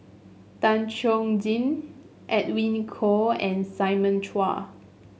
Tan Chuan Jin Edwin Koo and Simon Chua